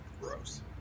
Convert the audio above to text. gross